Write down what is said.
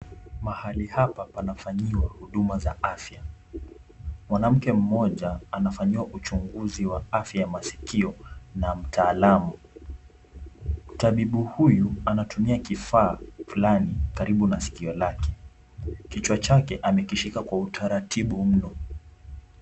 Mahali hapa panafanyiwa huduma za afya. Mwanamke mmoja anafanyiwa uchunguzi wa afya ya masikio na mtaalamu. Tabibu huyu anatumia kifaa fulani karibu na sikio lake. Kichwa chake amekishika kwa utaratibu mno.